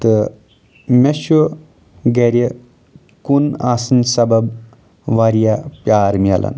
تہٕ مےٚ چھُ گرِ کُن آسنہٕ سَبب واریاہ پیار میٚلان